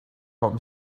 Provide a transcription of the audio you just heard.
taught